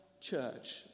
church